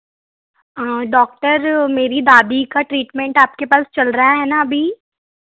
doctor मेरी दादी का ट्रीटमेंट आपके पास चल रहा है ना अभी